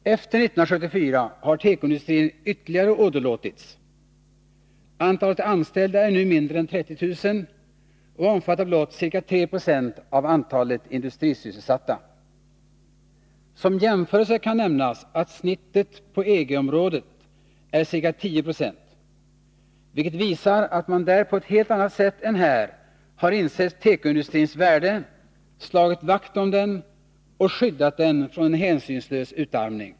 Efter 1974 har tekoindustrin ytterligare åderlåtits. Antalet anställda är nu mindre än 30 000 och omfattar blott ca 3 26 av antalet industrisysselsatta. Som jämförelse kan nämnas att snittet för EG-området är ca 10 96 vilket visar att man där på ett helt annat sätt än här har insett tekoindustrins värde, slagit vakt om den och skyddat den från en hänsynslös utarmning.